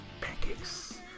pancakes